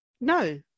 no